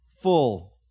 full